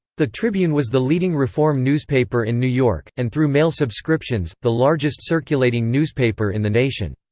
the tribune was the leading reform newspaper in new york, and through mail subscriptions, the largest-circulating newspaper in the nation.